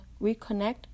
reconnect